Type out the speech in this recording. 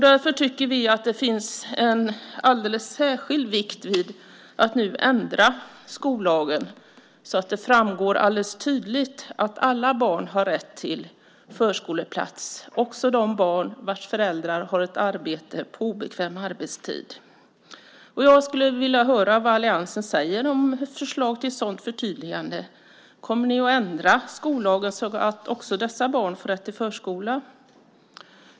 Därför tycker vi att det är alldeles särskilt viktigt att nu ändra skollagen så att det tydligt framgår att alla barn har rätt till förskoleplats, också de barn vars föräldrar har arbete på obekväm arbetstid. Jag skulle vilja höra vad alliansen säger om ett förslag till ett sådant förtydligande. Kommer ni att ändra skollagen så att också dessa barn får rätt till förskola?